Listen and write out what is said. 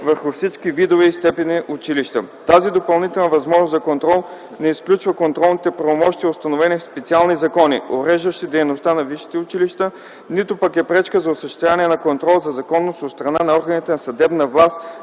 върху всички видове и степени училища. Тази допълнителна възможност за контрол не изключва контролните правомощия, установени в специалните закони, уреждащи дейността на висшите училища, нито пък е пречка за осъществяване на контрол за законност от страна на органите на съдебната власт